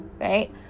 right